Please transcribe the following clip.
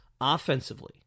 offensively